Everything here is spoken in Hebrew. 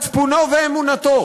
מצפונו ואמונתו.